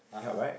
help right